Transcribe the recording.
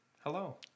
hello